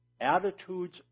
attitudes